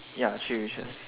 ya three wishes